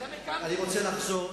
אתם הקמתם אותה.